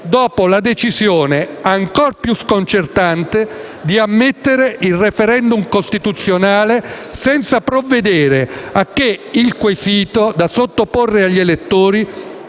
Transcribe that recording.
dopo la decisione, ancor più sconcertante, di ammettere il *referendum* costituzionale senza provvedere a che il quesito da sottoporre agli elettori